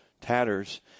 tatters